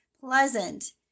pleasant